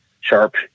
sharp